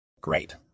Great